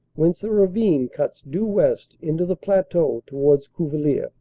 whence a ravine cuts due west into the plateau towards cuvillers.